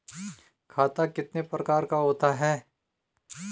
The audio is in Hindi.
खाता कितने प्रकार का होता है?